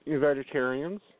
vegetarians